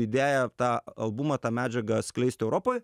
idėja tą albumą tą medžiagą atskleisti europoj